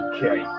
Okay